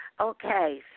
Okay